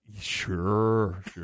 Sure